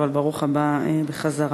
אבל ברוך הבא בחזרה.